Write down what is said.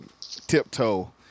tiptoe